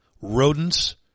rodents